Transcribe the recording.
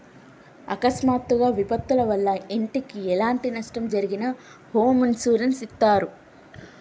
అకస్మాత్తుగా విపత్తుల వల్ల ఇంటికి ఎలాంటి నష్టం జరిగినా హోమ్ ఇన్సూరెన్స్ ఇత్తారు